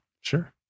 Sure